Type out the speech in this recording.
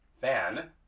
fan